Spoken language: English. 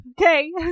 okay